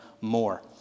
more